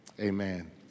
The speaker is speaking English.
Amen